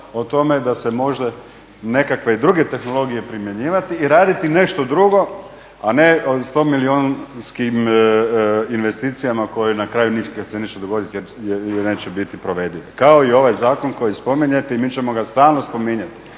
o tome da se može nekakve i druge tehnologije primjenjivati i raditi nešto drugo, a ne 100 milijunskim investicijama koje na kraju nikad se neće dogoditi jer neće biti provediv. Kao i ovaj zakon koji spominjete i mi ćemo ga stalno spominjati